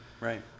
Right